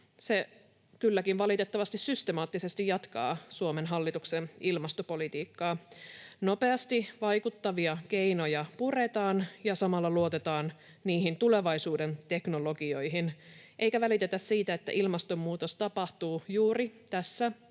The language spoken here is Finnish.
Se kylläkin valitettavasti systemaattisesti jatkaa Suomen hallituksen ilmastopolitiikkaa. Nopeasti vaikuttavia keinoja puretaan ja samalla luotetaan niihin tulevaisuuden teknologioihin, eikä välitetä siitä, että ilmastonmuutos tapahtuu juuri tässä